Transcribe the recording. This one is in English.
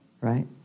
right